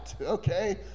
Okay